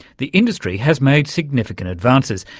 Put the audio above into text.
the industry has made significant advances.